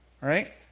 right